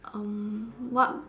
um what